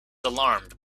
alarmed